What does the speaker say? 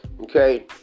Okay